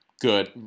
Good